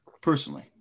personally